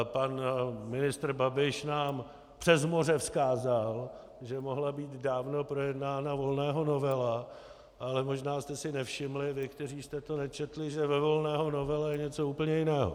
Pan ministr Babiš nám přes moře vzkázal, že mohla být dávno projednána Volného novela, ale možná jste si nevšimli, vy, kteří jste to nečetli, že ve Volného novele je něco úplně jiného.